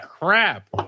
crap